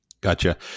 Gotcha